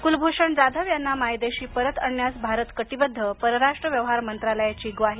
कुलभूषण जाधव यांना मायदेशी परत आणण्यास भारत कटिबद्ध परराष्ट्र व्यवहार मंत्रालयाची ग्वाही